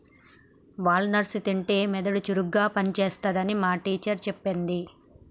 wall nuts తింటే మెదడు చురుకుగా పని చేస్తది అని మా టీచర్ చెప్పింది